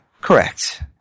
Correct